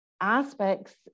aspects